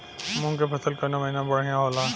मुँग के फसल कउना महिना में बढ़ियां होला?